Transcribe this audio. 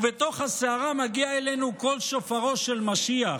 ובתוך הסערה מגיע אלינו קול שופרו של משיח".